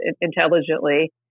intelligently